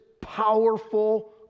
powerful